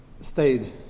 stayed